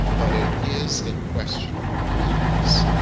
but it is a questionable practice,